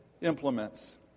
implements